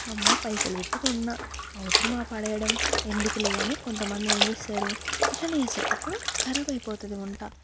అమ్మో పైసలు పెట్టి కొన్నా అవసరమా పడేయడం ఎందుకు అని కొంతమంది ఏం చేస్తారు అట్లనే వేస్తారు అప్పుడు కరాబ్ అయిపోతుంది వంట